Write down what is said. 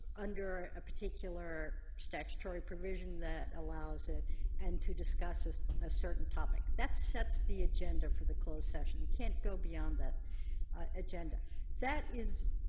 under a particular statutory provision that allows it and to discuss a certain topic that sets the agenda for the closed session. you can't go beyond that agenda that is.